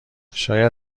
شاید